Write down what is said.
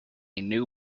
new